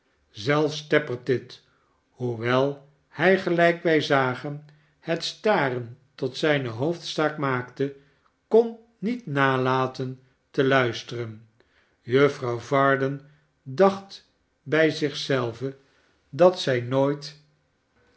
zelfs tappertit hoewel hij gelijk wij zagen het staren tot zijne hoofdzaak maakte kon niet nalaten te luisteren juffrouw varden dacht bij zich zelve dat zij nooit